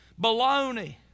Baloney